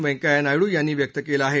वैंकय्या नायडू यांनी व्यक्त केलं आहे